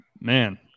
Man